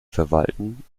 verwalten